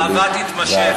והאהבה תימשך.